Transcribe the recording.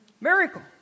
miracle